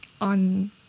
on